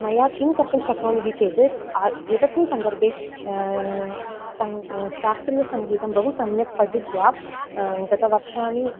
मया किं कर्तुं शक्नोमि इति चेत् एतस्मिन् सन्दर्भे सन् शास्त्रीयसङ्गीतं बहु सम्यक् पठित्वा गतवर्षाणि